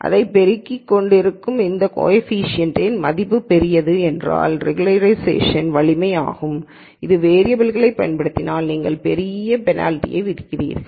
இதைப் பெருக்கிக் கொண்டிருக்கும் இந்த கோஎஃபீஷியேன்ட்இன் மதிப்பு பெரியது என்றால் ரெகுலராய்சேஷன் வலிமையாகும் இது வேரியபல்கள் பயன்படுத்துவதற்கு நீங்கள் பெரிய பெனால்டி விதிக்கிறீர்கள்